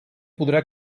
podrà